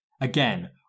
Again